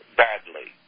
badly